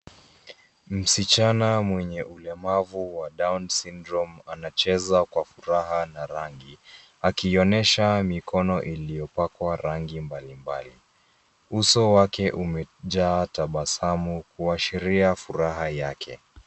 Msichana mwenye ulemavu wa down's syndrome anacheza kwa furaha na rangi, akionyesha mikono iliyopakwa rangi mbalimbali. Uso wake umejaa tabasamu kuashiria furaha yake.